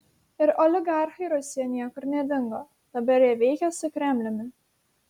ir oligarchai rusijoje niekur nedingo dabar jie veikia su kremliumi